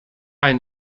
ein